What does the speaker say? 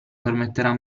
permetterà